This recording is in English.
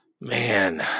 Man